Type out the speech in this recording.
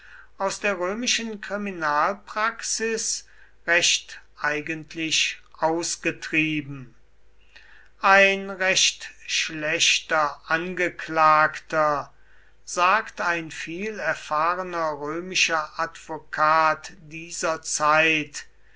aus der römischen kriminalpraxis recht eigentlich ausgetrieben ein recht schlechter angeklagter sagt ein vielerfahrener römischer advokat dieser zeit